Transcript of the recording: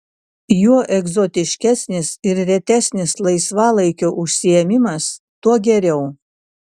juo egzotiškesnis ir retesnis laisvalaikio užsiėmimas tuo geriau